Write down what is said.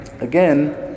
again